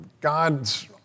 God's